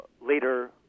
later